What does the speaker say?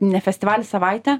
ne festivalį savaitę